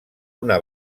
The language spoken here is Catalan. una